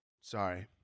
Sorry